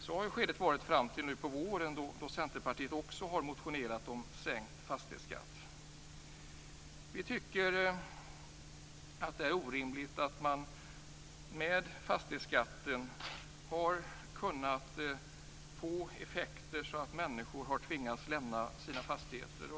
Så har läget varit fram tills nu i vår, då Centerpartiet också motionerat om sänkt fastighetsskatt. Vi tycker att det är orimligt att fastighetsskatten kan få sådana effekter att människor tvingas lämna sina fastigheter.